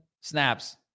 snaps